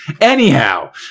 Anyhow